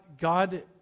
God